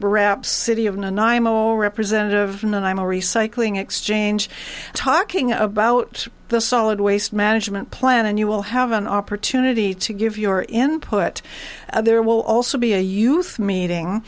alone representative and i am a recycling exchange talking about the solid waste management plan and you will have an opportunity to give your input there will also be a youth meeting